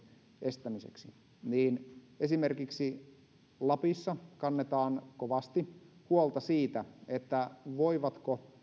estämiseksi niin esimerkiksi lapissa kannetaan kovasti huolta siitä voivatko